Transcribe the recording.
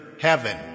heaven